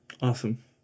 Awesome